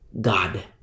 god